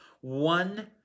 one